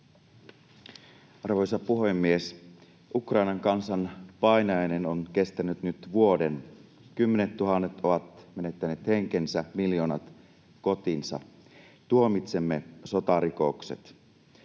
Arvoisa puhemies! Ukrainan kansan painajainen on kestänyt nyt vuoden. Kymmenettuhannet ovat menettäneet henkensä, miljoonat kotinsa. Tuomitsemme sotarikokset.